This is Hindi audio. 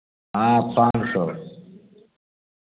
हाँ पाँच सौ